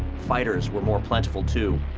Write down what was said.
fighters were more plentiful too.